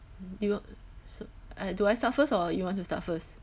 you want so I do I start first or you want to start first